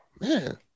Man